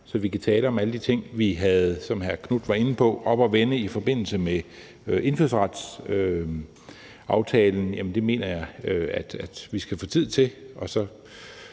så vi kan tale om alle de ting, som vi, som hr. Marcus Knuth var inde på, havde oppe at vende i forbindelse med indfødsretsaftalen, synes jeg, at vi skal få aftalt